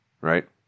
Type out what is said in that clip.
right